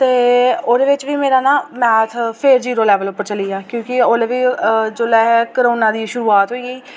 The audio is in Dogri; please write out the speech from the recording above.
ते ओह्दे बिच बी मेरा ना मैथ फिर जीरो लेवल उप्पर चली आ क्योंकि ओल्लै बी जोल्लै ऐहें कोरोना दी शुरूआत होई गेई